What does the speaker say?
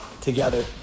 together